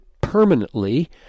permanently